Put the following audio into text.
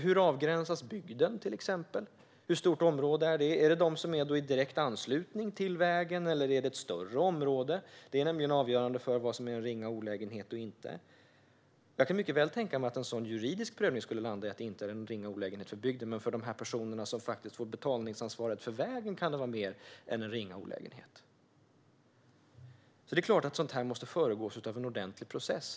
Hur avgränsas bygden? Hur stort område omfattar den? Rör det sig om dem som är i direkt anslutning till vägen, eller handlar det om ett större område? Detta är nämligen avgörande för vad som är eller inte är en ringa olägenhet. Jag kan mycket väl tänka mig att en sådan juridisk prövning skulle landa i att det inte är mer än en ringa olägenhet för bygden, men för de personer som får betalningsansvaret för vägen kan det vara mer än en ringa olägenhet. Det är klart att sådant här måste föregås av en ordentlig process.